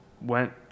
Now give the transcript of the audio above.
went